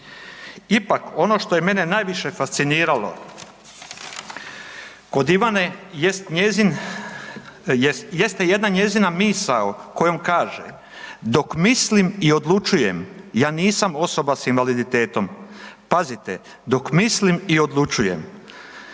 Ipak ono što je mene najviše fasciniralo kod Ivane jest njezin, jest, jeste jedna njezina misao kojom kaže „dok mislim i odlučujem ja nisam osoba s invaliditetom“, pazite, dok mislim i odlučujem,